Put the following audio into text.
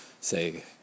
say